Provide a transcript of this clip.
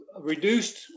reduced